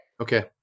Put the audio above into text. okay